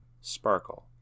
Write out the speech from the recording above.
Sparkle